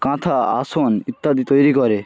কাঁথা আসন ইত্যাদি তৈরি করে